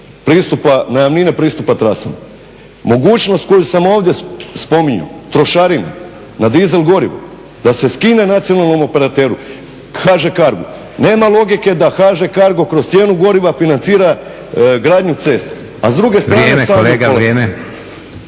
najamnine pristupa trasama. Mogućnost koju sam ovdje spominjao, trošarine, na dizel goriva da se skine nacionalnom operateru, HŽ CARGO, nema logike da HŽ CARGO kroz cijenu goriva financira gradnju cesta. A s druge strane